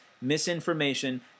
misinformation